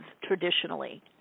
traditionally